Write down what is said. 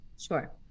sure